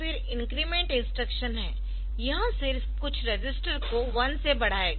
फिर increment instruction है यह सिर्फ कुछ रजिस्टर को 1 से बढ़ाएगा